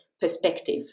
perspective